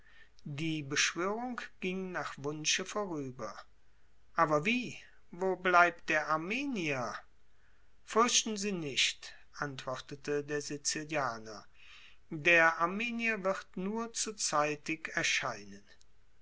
die beschwörung ging nach wunsche vorüber aber wie wo bleibt der armenier fürchten sie nicht antwortete der sizilianer der armenier wird nur zu zeitig erscheinen